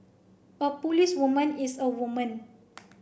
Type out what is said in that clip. a policewoman is a woman